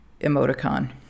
emoticon